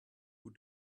who